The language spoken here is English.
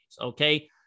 Okay